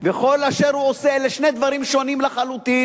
וכל אשר הוא עושה אלה שני דברים שונים לחלוטין.